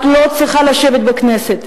את לא צריכה לשבת בכנסת.